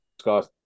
Scott